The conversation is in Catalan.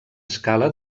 escala